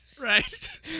Right